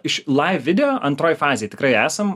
iš laiv video antroj fazėj tikrai esam